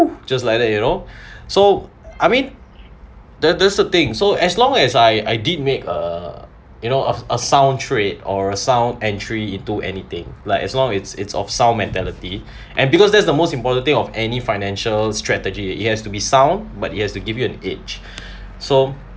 just like that you know so I mean that that's the thing so as long as I I did make err you know of a sound trade or a sound entry into anything like as long it's it's of sound mentality and because that's the most important thing of any financial strategy it has to be sound but it has to give you an edge so